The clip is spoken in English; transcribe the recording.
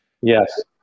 Yes